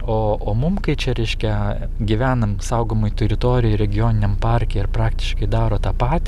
o o mum kai čia reiškia gyvenam saugomoj teritorijoj regioniniam parke ir praktiškai daro tą patį